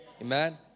Amen